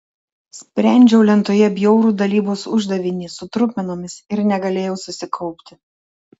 sprendžiau lentoje bjaurų dalybos uždavinį su trupmenomis ir negalėjau susikaupti